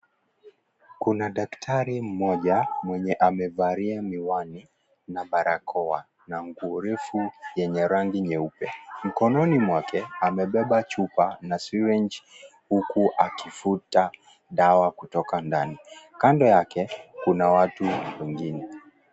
Kuna daktari mmoja amevalia miwani na balakoa na nguo refu yenye rangi nyeupe. Mkononi mwake amebeba chupa na syringe huku akifuta dawa kutoka ndani. Kando yake kuna watu wengine.